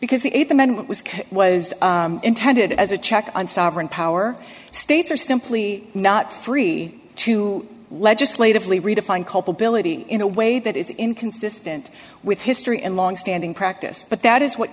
because the th amendment was was intended as a check on sovereign power states are simply not free to legislatively redefine culpability in a way that is inconsistent with history and longstanding practice but that is what